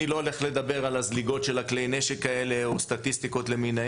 אני לא הולך לדבר על הזליגות של כלי הנשק האלה או סטטיסטיקות למיניהן.